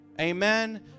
amen